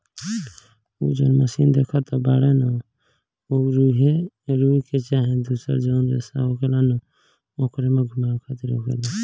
उ जौन मशीन देखत बाड़े न उ रुई के चाहे दुसर जौन रेसा होखेला न ओकरे के घुमावे खातिर होखेला